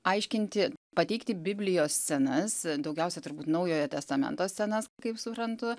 aiškinti pateikti biblijos scenas daugiausia turbūt naujojo testamento scenas kaip suprantu